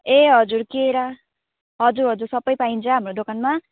ए हजुर केरा हजुर हजुर सबै पाइन्छ हाम्रो दोकानमा